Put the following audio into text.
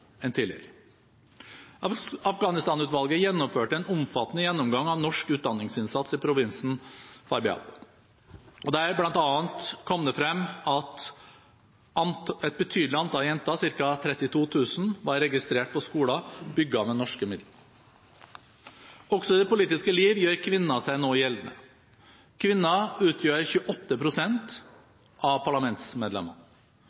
enn tidligere. Afghanistan-utvalget gjennomførte en omfattende gjennomgang av norsk utdanningsinnsats i provinsen Faryab, der det bl.a. kom frem at et betydelig antall jenter – ca. 32 000 – var registrert på skoler bygget med norske midler. Også i det politiske liv gjør kvinner seg nå gjeldende. Kvinner utgjør 28